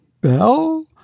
bell